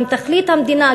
הם תכלית המדינה,